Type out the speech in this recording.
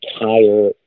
entire